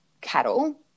cattle